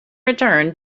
return